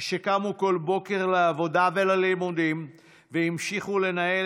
קמו כל בוקר לעבודה וללימודים והמשיכו לנהל